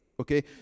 Okay